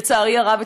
לצערי הרב,